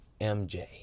MJ